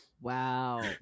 Wow